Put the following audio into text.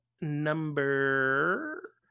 number